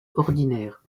ordinaires